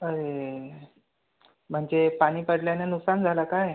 अरे म्हणजे पाणी पडल्यानं नुकसान झाला काय